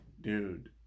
dude